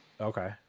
Okay